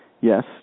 Yes